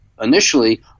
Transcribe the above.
Initially